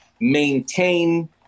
maintain